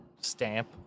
stamp